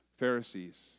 Pharisees